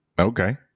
Okay